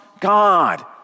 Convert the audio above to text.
God